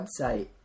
website